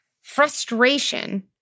frustration